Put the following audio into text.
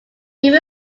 give